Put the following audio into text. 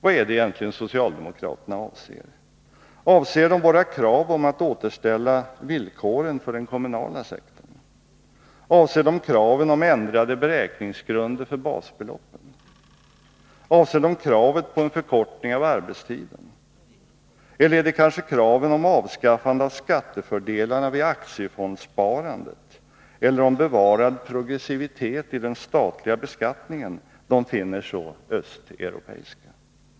Vad är det egentligen socialdemokraterna avser? Avser de våra krav på att återställa villkoren för den kommunala sektorn? Avser de kraven på ändrade beräkningsgrunder för basbeloppen? Avser de kravet på en förkortning av arbetstiden? Eller är det kanske kraven på avskaffande av skattefördelarna vid aktiefondsparandet eller på bevarad progressivitet i den statliga beskattningen de finner så ”östeuropeiska”?